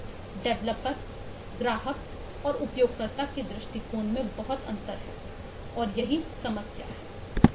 developer ग्राहक और उपयोगकर्ता के दृष्टिकोण में बहुत अंतर है और यही समस्या है